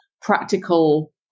practical